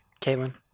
Caitlin